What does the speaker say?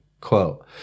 quote